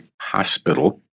hospital